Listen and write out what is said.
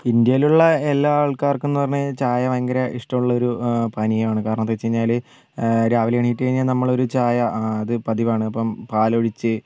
ഇന്ത്യയിലുള്ള എല്ലാ ആൾക്കാർക്കുന്ന് പറഞ്ഞാൽ ചായ ഭയങ്കര ഇഷ്ട്ടമുള്ളൊരു പാനീയവാണ് കാരണമെന്താണ് വെച്ച് കഴിഞ്ഞാൽ രാവിലെ എണീറ്റ് കഴിഞ്ഞാൽ നമ്മളൊരു ചായ അത് പതിവാണ് അപ്പം പാലൊഴിച്ച്